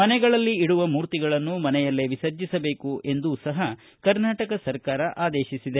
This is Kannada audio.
ಮನೆಗಳಲ್ಲಿ ಇಡುವ ಮೂರ್ತಿಗಳನ್ನು ಮನೆಯಲ್ಲೇ ವಿರ್ಸಜಿಸಬೇಕು ಎಂದೂ ಸಪ ಕರ್ನಾಟಕ ಸರ್ಕಾರ ಆದೇಶ ಹೊರಡಿಸಿದೆ